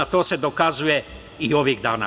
To se dokazuje i ovih dana.